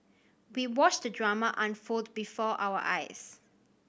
we watched the drama unfold before our eyes